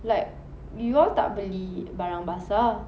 like you all tak beli barang basah